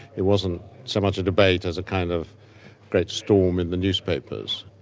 it wasn't so much a debate as a kind of great storm in the newspapers.